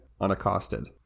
unaccosted